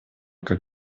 как